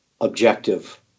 objective